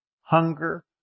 hunger